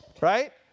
right